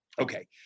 Okay